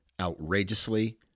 outrageously